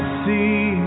see